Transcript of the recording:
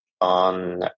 on